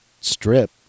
strip